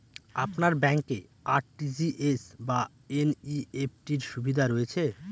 আপনার ব্যাংকে আর.টি.জি.এস বা এন.ই.এফ.টি র সুবিধা রয়েছে?